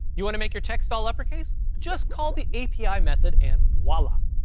you want to make your textile upper case? just call the api method, and voila,